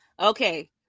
Okay